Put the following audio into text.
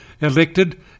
elected